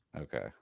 Okay